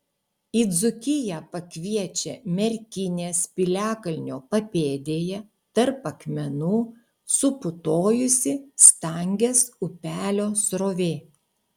į dzūkiją pakviečia merkinės piliakalnio papėdėje tarp akmenų suputojusi stangės upelio srovė